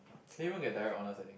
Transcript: get direct honours I think